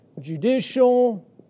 judicial